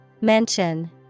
Mention